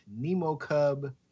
NemoCub